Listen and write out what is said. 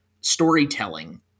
storytelling